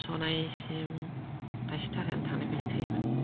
सनाइसिम थाइसे थाखायानो थांलाय फैलाय थोयोमोन